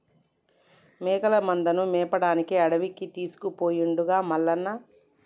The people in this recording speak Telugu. మేకల మందను మేపడానికి అడవికి తీసుకుపోయిండుగా మల్లన్న